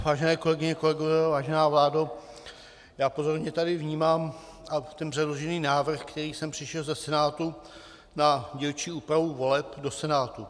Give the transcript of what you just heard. Vážené kolegyně a kolegové, vážená vládo, pozorně tu vnímám předložený návrh, který sem přišel ze Senátu, na dílčí úpravu voleb do Senátu.